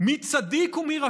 מי צדיק ומי רשע.